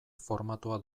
formatua